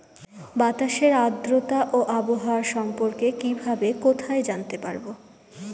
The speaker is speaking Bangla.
বাতাসের আর্দ্রতা ও আবহাওয়া সম্পর্কে কিভাবে কোথায় জানতে পারবো?